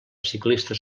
ciclista